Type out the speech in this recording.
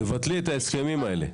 תבטלי את ההסכמים האלה.